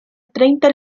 treinta